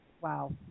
wow